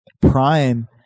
Prime